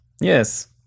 Yes